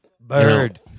Bird